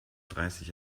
dreißig